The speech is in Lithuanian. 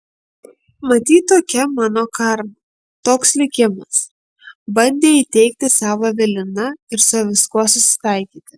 matyt tokia mano karma toks likimas bandė įteigti sau evelina ir su viskuo susitaikyti